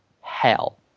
hell